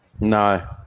No